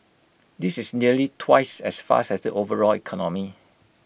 this is nearly twice as fast as the overall economy